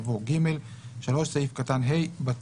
יבוא "(ג)"; (3)סעיף קטן (ה) בטל.